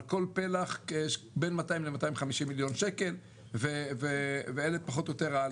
כל פלח בין כ-250-200 מיליון שקל ואלה פחות או יותר העלויות.